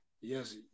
yes